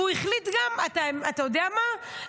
ואתה יודע מה,